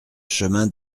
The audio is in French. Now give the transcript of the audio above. chemin